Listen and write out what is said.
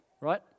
right